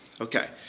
okay